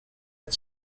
het